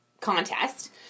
contest